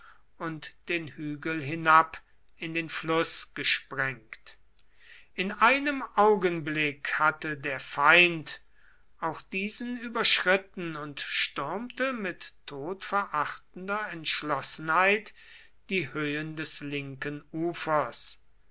und den hügel hinab in den fluß gesprengt in einem augenblick hatte der feind auch diesen überschritten und stürmte mit todverachtender entschlossenheit die höhen des linken ufers